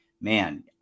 man